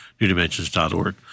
NewDimensions.org